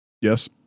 Yes